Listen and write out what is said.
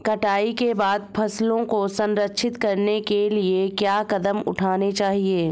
कटाई के बाद फसलों को संरक्षित करने के लिए क्या कदम उठाने चाहिए?